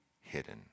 hidden